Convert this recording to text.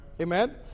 Amen